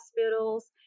hospitals